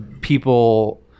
people